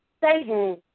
Satan